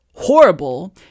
horrible